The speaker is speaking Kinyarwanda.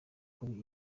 kuri